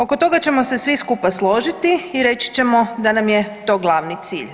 Oko toga ćemo se svi skupa složiti i reći ćemo da nam je to glavni cilj.